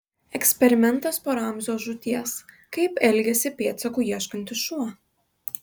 eksperimentas po ramzio žūties kaip elgiasi pėdsakų ieškantis šuo